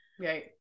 Right